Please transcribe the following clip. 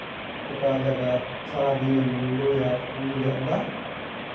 ᱚᱠᱟ ᱡᱟᱭᱜᱟ ᱥᱟᱨᱟᱫᱤᱱ ᱮᱢ ᱞᱩᱭᱟ ᱠᱩᱧ ᱨᱮᱭᱟᱜ ᱫᱟᱜ